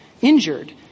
injured